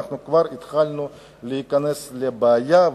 אנחנו כבר התחלנו להיכנס לבעיה.